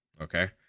Okay